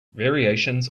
variations